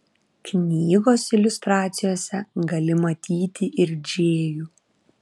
knygos iliustracijose gali matyti ir džėjų